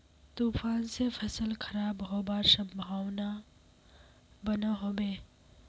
तूफान से फसल खराब होबार संभावना बनो होबे?